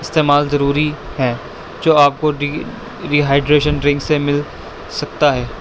استعمال ضروری ہیں جو آپ کو ڈی ریہائیڈریشن ڈرنک سے مل سکتا ہے